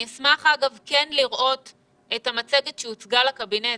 אגב, אני אשמח כן לראות את המצגת שהוצגה לקבינט.